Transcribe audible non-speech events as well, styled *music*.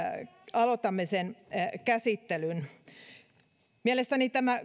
aloitamme tämän kansalaisaloitteen käsittelyn mielestäni tämä *unintelligible*